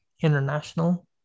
international